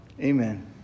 Amen